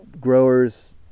growers